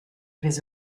vais